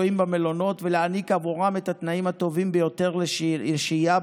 לשוהים במלונות ולהעניק להם את התנאים הטובים ביותר לשהייה,